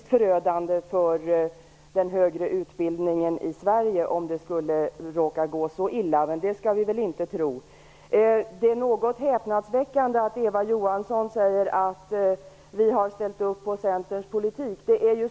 Herr talman! Det sista vore nog det mest förödande för den högre utbildningen i Sverige, men vi skall väl inte tro att det kommer att gå så illa. Det är häpnadsväckande att Eva Johansson säger att man har ställt upp på Centerns politik.